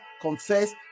confess